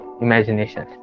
imagination